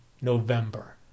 November